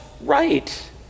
right